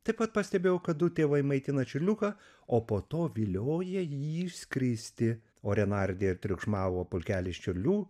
taip pat pastebėjau kad du tėvai maitina čiurliuką o po to vilioja jį išskristi ore nardė ir triukšmavo pulkelis čiurlių